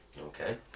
Okay